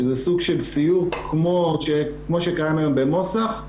שזה סוג של סיור כמו שקראנו היום בנוסח,